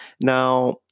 Now